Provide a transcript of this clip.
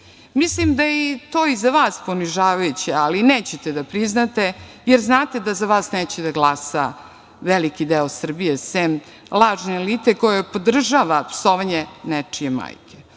da je to i za vas ponižavajuće ali nećete da priznate, jer znate da za vas neće da glasa veliki deo Srbije, sem lažne elite koja podržava psovanje nečije majke.